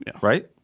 right